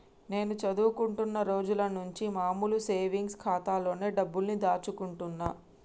నేను చదువుకుంటున్న రోజులనుంచి మామూలు సేవింగ్స్ ఖాతాలోనే డబ్బుల్ని దాచుకుంటున్నా